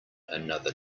another